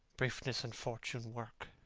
briefness and fortune work